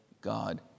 God